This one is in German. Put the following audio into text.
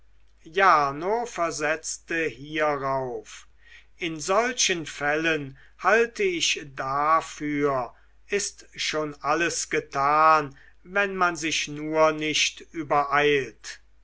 jarno versetzte hierauf in solchen fällen halte ich dafür ist schon alles getan wenn man sich nur nicht übereilt